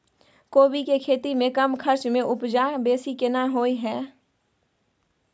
कोबी के खेती में कम खर्च में उपजा बेसी केना होय है?